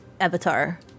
Avatar